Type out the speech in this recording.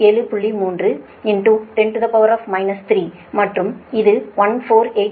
3 10 3 மற்றும் இது 148